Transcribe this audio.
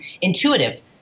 intuitive